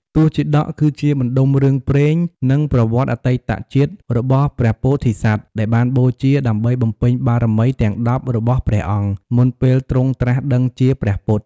ទសជាតក គឺជាបណ្ដុំរឿងព្រេង និងប្រវត្តិអតីតជាតិរបស់ព្រះពោធិសត្វដែលបានបូជាដើម្បីបំពេញបារមីទាំង ១០ របស់ព្រះអង្គ មុនពេលទ្រង់ត្រាស់ដឹងជាព្រះពុទ្ធ។